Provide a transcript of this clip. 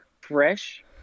fresh